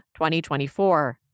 2024